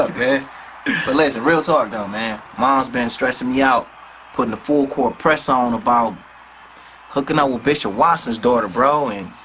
ah but like real talk though man. mom's been stressing me out putting a full court press on about hooking up ah with bishop's watson daughter bro. and